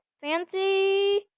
Fancy